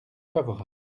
favorable